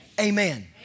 Amen